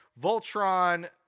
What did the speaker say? Voltron